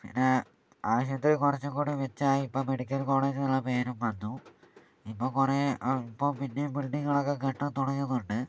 പിന്നെ ആശുപത്രി കുറച്ചുംകൂടി മെച്ചമായി ഇപ്പോൾ മെഡിക്കല് കോളേജ് എന്നുള്ള പേരും വന്നു ഇപ്പോൾ കുറേ ഇപ്പം പിന്നെയും ബിൽഡിങ്ങുകൾ ഒക്കെ കെട്ടി തുടങ്ങുന്നുണ്ട്